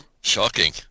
Shocking